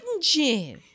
gin